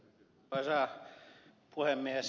arvoisa puhemies